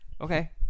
Okay